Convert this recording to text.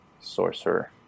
sorcerer